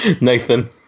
Nathan